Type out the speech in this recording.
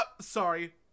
sorry